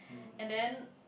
and then